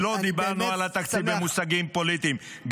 לא דיברנו על התקציב במושגים פוליטיים.